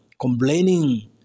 complaining